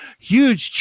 huge